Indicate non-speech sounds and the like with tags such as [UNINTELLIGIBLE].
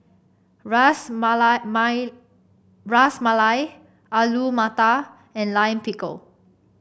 Ras [UNINTELLIGIBLE] Ras Malai Alu Matar and Lime Pickle